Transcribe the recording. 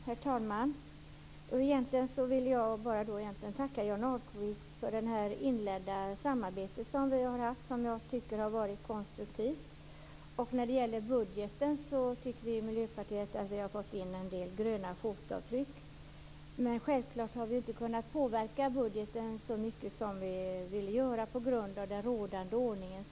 Herr talman! Egentligen vill jag bara tacka Johnny Ahlqvist för det inledda samarbetet, som jag tycker har varit konstruktivt. När det gäller budgeten tycker vi i Miljöpartiet att vi har fått in en del gröna fotavtryck. Självfallet har vi inte kunnat påverka budgeten så mycket som vi hade velat göra på grund av den rådande ordningen.